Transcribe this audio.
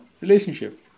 relationship